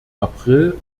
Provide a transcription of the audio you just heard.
april